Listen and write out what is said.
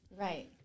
right